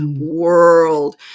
world